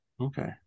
Okay